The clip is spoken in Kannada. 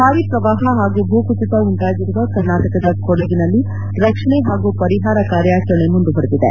ಭಾರಿ ಪ್ರವಾಹ ಮತ್ತು ಭೂಕುಸಿತ ಉಂಟಾಗಿರುವ ಕರ್ನಾಟಕದ ಕೊಡಗು ಜಿಲ್ಲೆಯಲ್ಲಿ ರಕ್ಷಣೆ ಹಾಗೂ ಪರಿಹಾರ ಕಾರ್ಯಾಚರಣೆ ಮುಂದುವರೆದಿದೆ